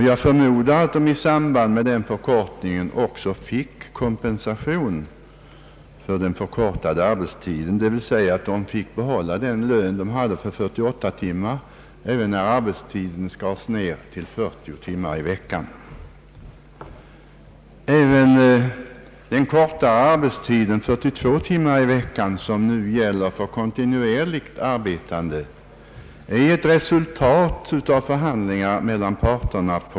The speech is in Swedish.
Jag förmodar att de i samband med den då genomförda arbetstidsförkortningen ändå fick behålla den lön de hade för 48 timmars arbetsvecka. Även den kortare arbetstiden 42 timmar i veckan som nu gäller för dem som går i kontinuerligt skiftarbete är ett resultat av förhandlingar mellan parterna.